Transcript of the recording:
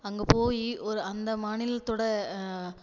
அங்க போய் ஒரு அந்த மாநிலத்தோடய